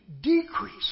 decrease